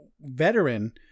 veteran